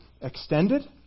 extended